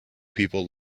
people